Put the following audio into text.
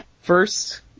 First